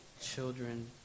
children